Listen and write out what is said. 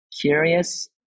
curious